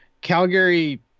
Calgary